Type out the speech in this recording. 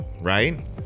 right